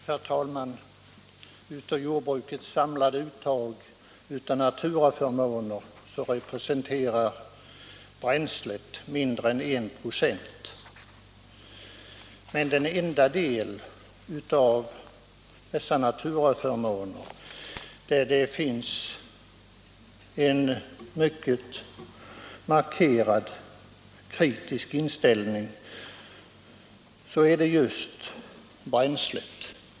Herr talman! Av jordbrukets samlade uttag av naturaförmåner representerar bränslet mindre än 1 96, men den enda del av dessa naturaförmåner där det finns en mycket markerad kritisk inställning är just bränslet.